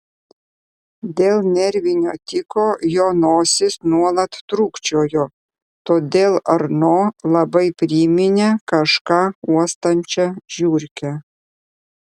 dėl nervinio tiko jo nosis nuolat trūkčiojo todėl arno labai priminė kažką uostančią žiurkę